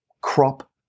crop